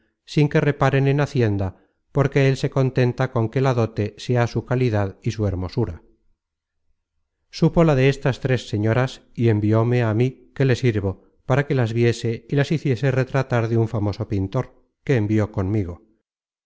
sin que reparen en hacienda porque él se contenta con que la dote sea su calidad y su hermosura supo la de estas tres señoras y envióme a mí que le sirvo para que las viese y las hiciese retratar de un famoso pintor que envió conmigo